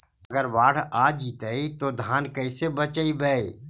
अगर बाढ़ आ जितै तो धान के कैसे बचइबै?